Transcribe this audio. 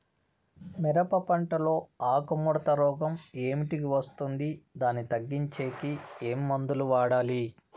మిరప పంట లో ఆకు ముడత రోగం ఏమిటికి వస్తుంది, దీన్ని తగ్గించేకి ఏమి మందులు వాడాలి?